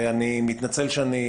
אני מתנצל שאני,